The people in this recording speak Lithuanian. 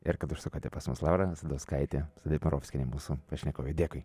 ir kad užsukote pas mus laura asadauskaitė zadneprovskienė mūsų pašnekovė dėkui